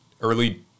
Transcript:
early